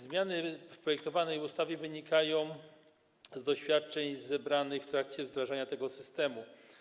Zmiany w projektowanej ustawie wynikają z doświadczeń zebranych w trakcie wdrażania tego systemu.